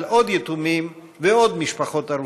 על עוד יתומים ועוד משפחות הרוסות,